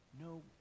no